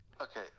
Okay